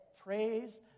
praise